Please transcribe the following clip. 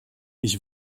ich